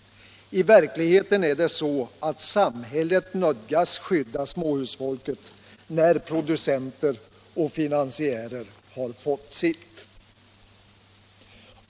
I verkligheten är det så, att samhället nödgas skydda småhusfolket när producenter och finansiärer har fått sitt.